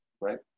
right